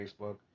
Facebook